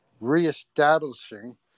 reestablishing